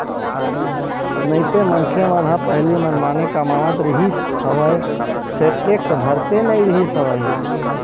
नइते मनखे मन ह पहिली मनमाने कमावत रिहिस हवय फेर टेक्स भरते नइ रिहिस हवय